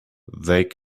they